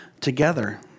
together